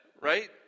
Right